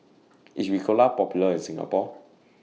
IS Ricola Popular in Singapore